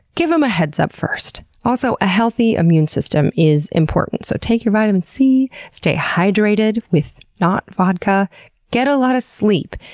give them a head's up first. also, a healthy immune system is important, so take your vitamin c, stay hydrated with not-vodka. get a lot of sleep.